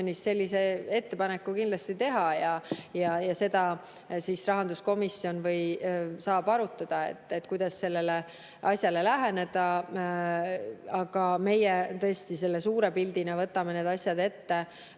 sellise ettepaneku kindlasti teha ja siis rahanduskomisjon saab arutada, kuidas sellele asjale läheneda. Aga meie tõesti selle suure pildina võtame need asjad ette